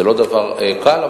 זה לא דבר קל,